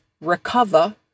recover